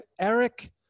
Eric